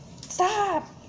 Stop